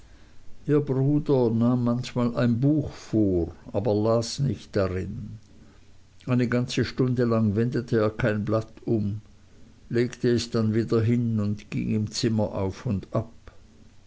ihr bruder nahm manchmal ein buch vor aber las nicht darin er öffnete es und sah hinein als ob er läse eine ganze stunde lang wendete er kein blatt um legte es dann wieder hin und ging im zimmer auf und ab